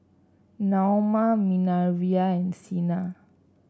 Naoma Minervia and Sina